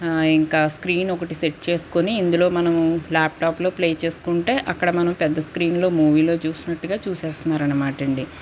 ఇంక స్క్రీను ఒకటి సెట్ చేసుకుని ఇందులో మనము ల్యాప్టాప్లో ప్లే చేసుకుంటే అక్కడ మనము పెద్దస్క్రీనులో మూవీలో చూసినట్టుగా చూసేస్తున్నారనమాటండి